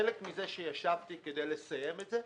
חלק מזה שישבתי כדי לסיים את זה,